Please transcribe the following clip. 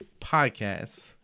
podcast